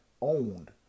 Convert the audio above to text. owned